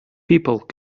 people